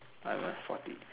forty